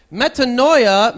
metanoia